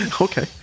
Okay